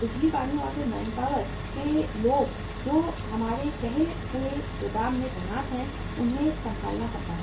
बिजली पानी और फिर मैनपावर के लोग जो हमारे कहे हुए गोदाम में तैनात हैं उन्हें संभालना पड़ता है